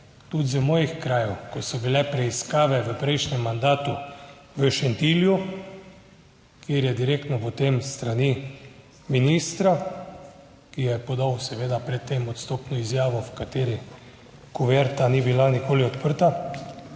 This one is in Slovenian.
tudi iz mojih krajev, ko so bile preiskave v prejšnjem mandatu v Šentilju, kjer je direktno potem s strani ministra, ki je podal seveda pred tem odstopno izjavo, v kateri kuverta ni bila nikoli odprta,